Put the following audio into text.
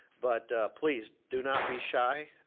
but please do not be shy.